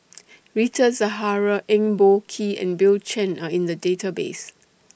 Rita Zahara Eng Boh Kee and Bill Chen Are in The Database